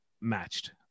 matched